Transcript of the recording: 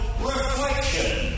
reflection